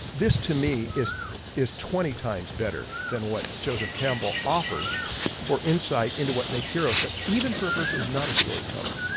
this to me is is twenty times better than what joseph campbell offers for insight into what makes heroes. but even for a person is not a storyteller.